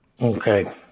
Okay